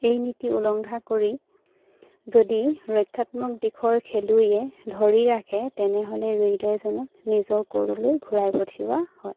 এই নীতি উলংঘা কৰি যদি ৰক্ষাত্মক দিশৰ খেলুৱৈয়ে ধৰি ৰাখে তেনেহ'লে ৰেইডাৰজনক নিজৰ ক'ৰলৈ ঘূৰাই পঠিওৱা হয়